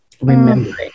Remembering